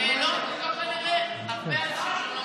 כנראה הרבה אנשים שלא מבינים,